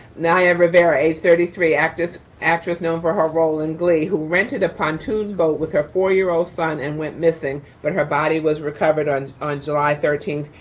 naya rivera aged thirty three, actress actress known for her role in glee who rented upon tunes boat with her four year old son and went missing, but her body was recovered on on july thirteenth,